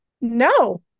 no